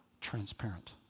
transparent